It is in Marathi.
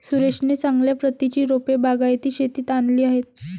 सुरेशने चांगल्या प्रतीची रोपे बागायती शेतीत आणली आहेत